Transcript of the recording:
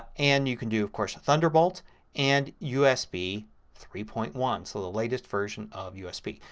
and you can do, of course, thunderbolt and usb three point one. so the latest version of usb.